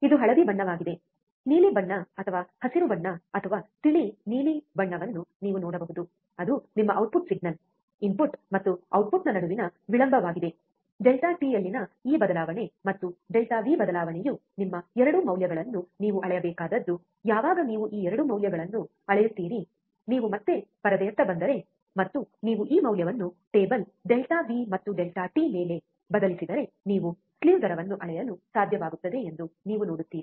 ಇದು ಹಳದಿ ಬಣ್ಣದ್ದಾಗಿದೆ ನೀಲಿ ಬಣ್ಣ ಅಥವಾ ಹಸಿರು ಬಣ್ಣ ಅಥವಾ ತಿಳಿ ನೀಲಿ ಬಣ್ಣವನ್ನು ನೀವು ನೋಡಬಹುದು ಅದು ನಿಮ್ಮ ಔಟ್ಪುಟ್ಸಿಗ್ನಲ್ ಇನ್ಪುಟ್ ಮತ್ತು ಔಟ್ಪುಟ್ನ ನಡುವಿನ ವಿಳಂಬವಾಗಿದೆ ಡೆಲ್ಟಾ ಟಿ ಯಲ್ಲಿನ ಈ ಬದಲಾವಣೆ ಮತ್ತು ಡೆಲ್ಟಾ ವಿ ಬದಲಾವಣೆಯು ನಿಮ್ಮ 2 ಮೌಲ್ಯಗಳನ್ನು ನೀವು ಅಳೆಯಬೇಕಾದದ್ದು ಯಾವಾಗ ನೀವು ಈ 2 ಮೌಲ್ಯಗಳನ್ನು ಅಳೆಯುತ್ತೀರಿ ನೀವು ಮತ್ತೆ ಪರದೆಯತ್ತ ಬಂದರೆ ಮತ್ತು ನೀವು ಈ ಮೌಲ್ಯವನ್ನು ಟೇಬಲ್ ಡೆಲ್ಟಾ ವಿ ಮತ್ತು ಡೆಲ್ಟಾ ಟಿ ಮೇಲೆ ಬದಲಿಸಿದರೆ ನೀವು ಸ್ಲೀವ್ ದರವನ್ನು ಅಳೆಯಲು ಸಾಧ್ಯವಾಗುತ್ತದೆ ಎಂದು ನೀವು ನೋಡುತ್ತೀರಿ